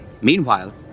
Meanwhile